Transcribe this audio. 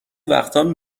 وقتام